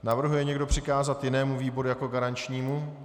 Navrhuje někdo přikázat jinému výboru jako garančnímu?